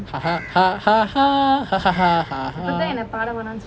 ha ha ha ha ha ha ha ha ha ha